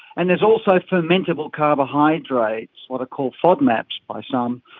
and there's also fermentable carbohydrates, what are called fodmaps by some,